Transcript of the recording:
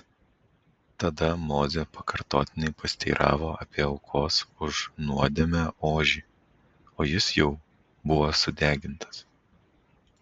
tada mozė pakartotinai pasiteiravo apie aukos už nuodėmę ožį o jis jau buvo sudegintas